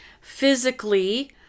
physically